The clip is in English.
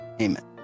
Amen